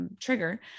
trigger